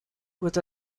with